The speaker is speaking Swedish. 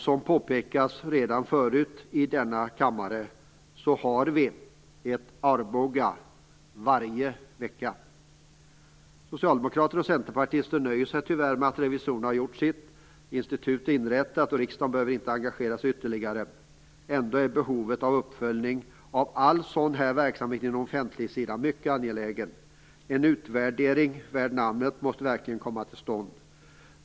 Som redan tidigare påpekats i denna kammare har vi ett Arbogafall varje vecka. Socialdemokrater och centerpartister nöjer sig tyvärr med att revisorerna har gjort sitt. Institutet är inrättat och riksdagen behöver inte engagera sig ytterligare. Ändå är behovet av uppföljning av all den här typen av verksamhet inom offentligsidan mycket angeläget. En utvärdering värd namnet måste verkligen komma till stånd.